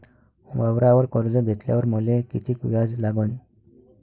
वावरावर कर्ज घेतल्यावर मले कितीक व्याज लागन?